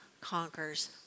conquers